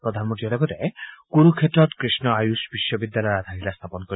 প্ৰধানমন্ত্ৰীয়ে লগতে কুৰুক্ষেত্ৰত কৃষ্ণ আয়ুষ বিশ্ববিদ্যালয়ৰ আধাৰশিলা স্থাপন কৰিব